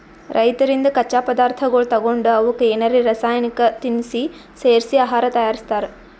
ರೈತರಿಂದ್ ಕಚ್ಚಾ ಪದಾರ್ಥಗೊಳ್ ತಗೊಂಡ್ ಅವಕ್ಕ್ ಏನರೆ ರಾಸಾಯನಿಕ್ ತಿನಸ್ ಸೇರಿಸಿ ಆಹಾರ್ ತಯಾರಿಸ್ತಾರ್